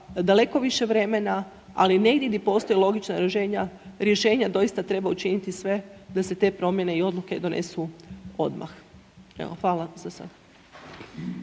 daleko više vremena, ali negdje gdje postoji logična rješenja doista treba učiniti sve da se te promjene i odluke donesu odmah. Evo, hvala za sad.